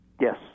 Yes